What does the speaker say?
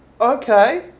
okay